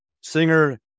Singer